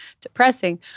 depressing